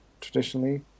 traditionally